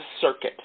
circuit